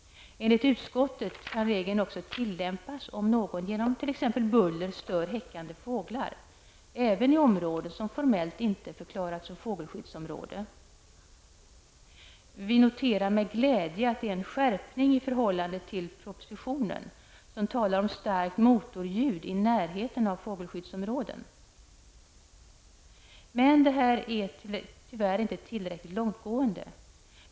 Enligt utskottet kan regeln tillämpas även om någon genom t.ex. buller stör häckande fåglar i områden som inte formellt har förklarats såsom fågelskyddsområden. Vi noterar med glädje att detta innebär en skärpning i förhållande till propositionen, som talar om ''starkt motorljud i närheten av fågelskyddsområden''. Detta förslag är tyvärr inte tillräckligt långtgående.